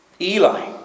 Eli